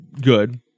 good